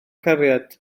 cariad